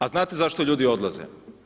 A znate zašto ljudi odlaze?